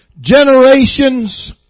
generations